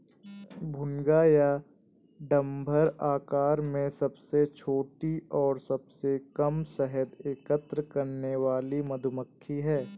भुनगा या डम्भर आकार में सबसे छोटी और सबसे कम शहद एकत्र करने वाली मधुमक्खी है